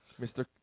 Mr